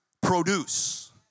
produce